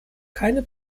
keine